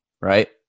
right